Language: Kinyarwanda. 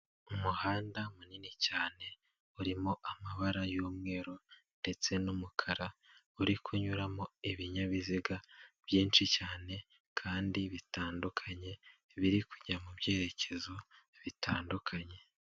Umuhanda munini cyane urimo amabara y'umweru ndetse n'umukara uri kunyuramo ibinyabiziga byinshi cyane kandi bitandukanye biri kujya mu byerekezo bitandukanye.